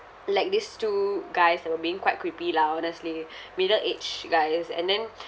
like these two guys that were being quite creepy lah honestly middle aged guys and then